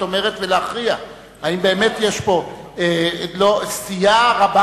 אומרת ולהכריע: האם באמת יש פה סטייה רבה